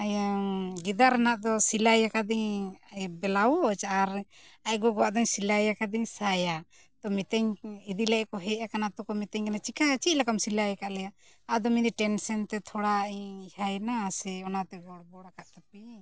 ᱤᱭᱟᱹ ᱜᱮᱸᱫᱟᱜ ᱨᱮᱱᱟᱜ ᱫᱚ ᱥᱤᱞᱟᱹᱭ ᱟᱠᱟᱫᱟᱹᱧ ᱵᱮᱞᱟᱣᱩᱡ ᱟᱨ ᱟᱡ ᱜᱚᱜᱚ ᱟᱜ ᱫᱩᱧ ᱥᱤᱞᱟᱹᱭ ᱟᱠᱟᱫᱟᱹᱧ ᱥᱟᱭᱟ ᱛᱚ ᱢᱤᱛᱟᱹᱧ ᱤᱫᱤ ᱞᱟᱹᱜᱤᱫ ᱠᱚ ᱦᱮᱡ ᱟᱠᱟᱱᱟ ᱛᱚᱠᱚ ᱢᱤᱛᱟᱹᱧ ᱠᱟᱱᱟ ᱪᱤᱠᱟᱹ ᱪᱮᱫ ᱞᱮᱠᱟᱢ ᱥᱤᱞᱟᱹᱭ ᱟᱠᱟᱫ ᱞᱮᱭᱟ ᱟᱫᱚ ᱢᱮᱱᱫᱟᱹᱧ ᱴᱮᱱᱥᱮᱱ ᱛᱮ ᱛᱷᱚᱲᱟ ᱤᱧ ᱤᱭᱟᱹᱭᱮᱱᱟ ᱥᱮ ᱚᱱᱟᱛᱮ ᱜᱚᱲᱵᱚᱲ ᱟᱠᱟᱫ ᱛᱟᱯᱮᱭᱟᱹᱧ